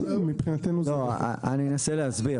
אז מבחינתנו זה --- אני רק רוצה לחדד,